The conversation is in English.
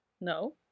no